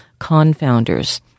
confounders